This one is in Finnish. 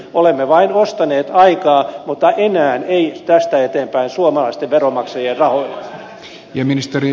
olemme vain ostaneet aikaa mutta enää ei tästä eteenpäin suomalaisten veronmaksajien rahoilla